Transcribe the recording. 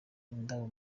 indabo